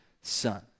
son